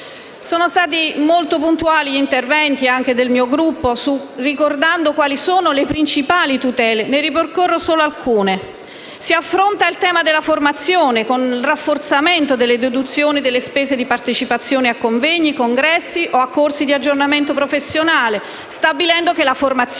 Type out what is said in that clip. Sono stati molto puntuali gli interventi del mio Gruppo, che hanno ricordato le principali tutele. Ne ripercorro solo alcune: si affronta il tema della formazione con il rafforzamento delle deduzioni delle spese di partecipazione a convegni, congressi o a corsi di aggiornamento professionale, stabilendo che la formazione